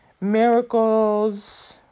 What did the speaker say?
Miracles